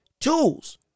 tools